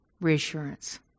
reassurance